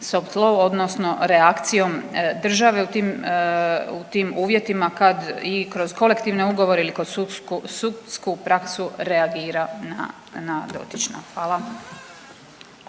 odnosno reakcijom države u tim, u tim uvjetima kad, i kroz kolektivne ugovore ili kroz sudsku praksu reagira na, na dotično, hvala.